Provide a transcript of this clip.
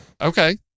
okay